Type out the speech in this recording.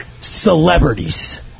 celebrities